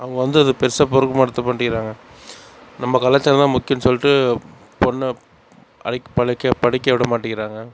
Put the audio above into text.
அவங்க வந்து அதை பெருசாக பொருட்படுத்த மாட்டேங்கிறாங்க நம்ம கலாச்சாரம்தான் முக்கியம்ன்னு சொல்லிட்டு பொண்ணை படிக் படிக்க விட மாட்டேங்கிறாங்க